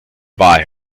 buy